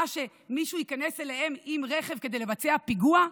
שמישהו ייכנס אליהם עם רכב כדי לבצע פיגוע?